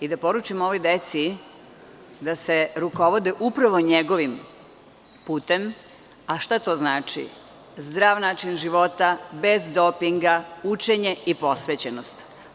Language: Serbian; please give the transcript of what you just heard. i da poručim ovoj deci da se rukovode upravo njegovim putem, a šta to znači, zdrav način života, bez dopinga, učenje i posvećenost.